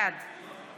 בעד